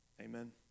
amen